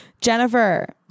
Jennifer